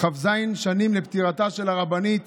כ"ז שנים לפטירתה של הרבנית